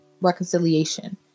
reconciliation